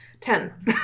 Ten